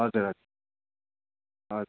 हजुर हजुर हजुर